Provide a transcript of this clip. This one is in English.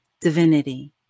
divinity